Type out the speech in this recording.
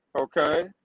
okay